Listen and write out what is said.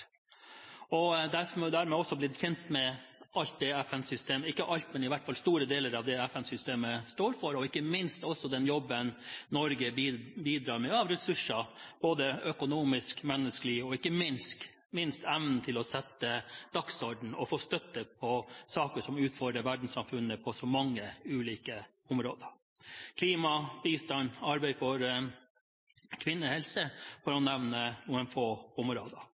og jeg har dermed også blitt kjent med store deler av det som FN-systemet står for, og ikke minst også den jobben som Norge bidrar med i form av ressurser, både økonomiske og menneskelige, og ikke minst i form av evnen til å sette dagsordenen og få støtte i saker som utfordrer verdenssamfunnet på så mange ulike områder: klima, bistand, arbeid for kvinnehelse, for å nevne noen få områder.